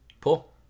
Pull